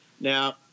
now